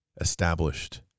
established